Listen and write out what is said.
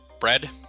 Bread